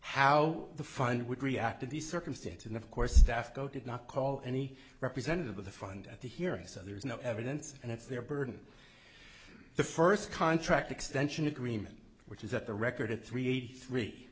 how the fund would react to the circumstance and of course staff go did not call any representative of the fund at the hearing so there is no evidence and it's their burden the first contract extension agreement which is that the record of three eighty three